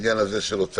לעניין של הוצאת